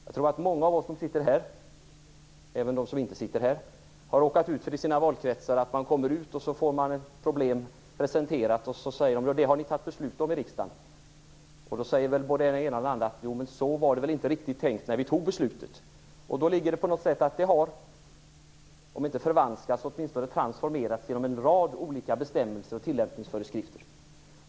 Jag tror att många av oss som sitter här, och även de som inte sitter här, har råkat ut för att vi kommer ut till våra valkretsar och får ett problem presenterat för oss. Sedan säger folk: Det har ni fattat beslut om i riksdagen. Då säger väl både den ena och den andra: Så var det väl inte riktigt tänkt när vi fattade beslutet. Då har det, om inte förvanskats, så åtminstone transformerats genom en rad olika bestämmelser och tillämpningsföreskrifter.